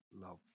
love